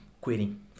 quitting